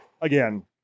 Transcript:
Again